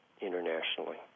internationally